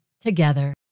together